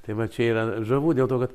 tai va čia yra žavu dėl to kad